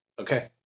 Okay